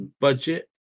budget